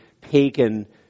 pagan